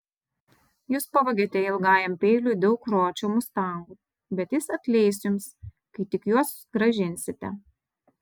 jūs pavogėte ilgajam peiliui daug ročio mustangų bet jis atleis jums kai tik juos grąžinsite